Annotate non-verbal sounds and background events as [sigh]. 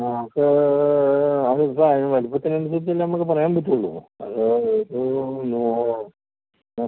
അത് അത് ഇതാണ് ആ വരുന്നതിന് അനുസരിച്ചല്ലേ നമുക്ക് പറയാൻ പറ്റുള്ളൂ അത് ഏത് നു [unintelligible]